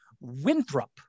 Winthrop